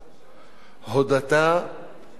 הודו בריש גלי